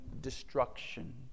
destruction